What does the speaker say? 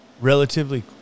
relatively